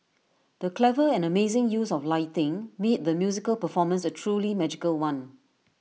the clever and amazing use of lighting made the musical performance A truly magical one